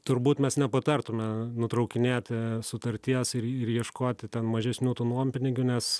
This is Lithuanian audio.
turbūt mes nepatartume nutraukinėti sutarties ir ir ieškoti ten mažesnių tų nuompinigių nes